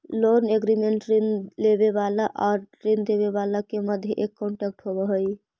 loan agreement ऋण लेवे वाला आउर ऋण देवे वाला के मध्य एक कॉन्ट्रैक्ट होवे हई